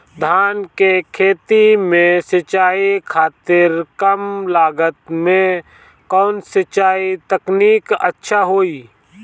धान के खेती में सिंचाई खातिर कम लागत में कउन सिंचाई तकनीक अच्छा होई?